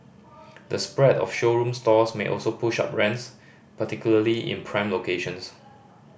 the spread of showroom stores may also push up rents particularly in prime locations